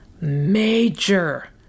major